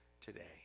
today